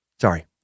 Sorry